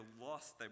lost